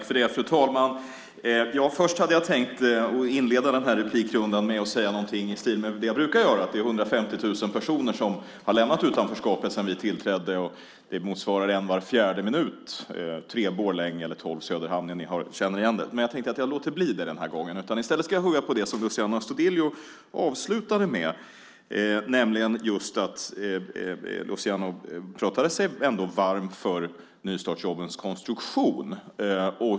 Fru talman! Först hade jag tänkt inleda mitt inlägg med att säga någonting i stil med det jag brukar göra, att det är 150 000 personer som har lämnat utanförskapet sedan vi tillträdde. Det motsvarar en var fjärde minut, tre Borlänge eller tolv Söderhamn. Ni känner igen det. Men jag tänkte att jag skulle låta bli det den här gången. I stället ska jag hugga på det som Luciano Astudillo avslutade med, nämligen att Luciano ändå pratade sig varm för nystartsjobbens konstruktion.